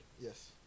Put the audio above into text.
Yes